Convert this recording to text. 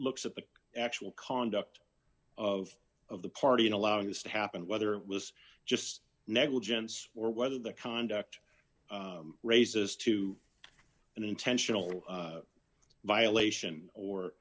looks at the actual conduct of of the party in allowing this to happen whether it was just negligence or whether the conduct raises to an intentional violation